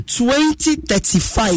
2035